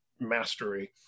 mastery